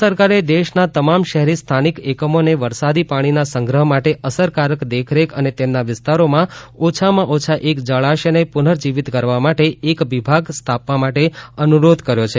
કેન્દ્ર સરકારે દેશના તમામ શહેરી સ્થાનિક એકમોને વરસાદી પાણીના સંગ્રહ માટે અસરકારક દેખરેખ અને તેમના વિસ્તારોમાં ઓછામાં ઓછા એક જળાશયને પુર્નજીવિત કરવા માટે એક વિભાગ સ્થાપવા માટે અનુરોધ કર્યો છે